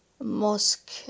mosque